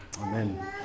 Amen